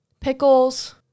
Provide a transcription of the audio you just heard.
pickles